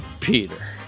Peter